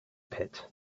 pit